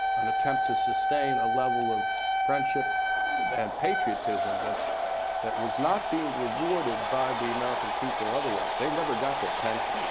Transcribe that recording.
an attempt to sustain a level of friendship and patriotism that was not being rewarded by the american people otherwise, they never got their pensions.